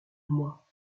moi